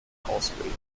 ausbilden